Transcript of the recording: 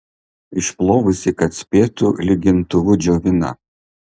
išplovusi kad spėtų lygintuvu džiovina